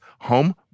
home